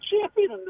champion